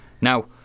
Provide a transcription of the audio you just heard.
Now